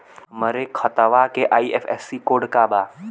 हमरे खतवा के आई.एफ.एस.सी कोड का बा?